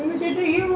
orh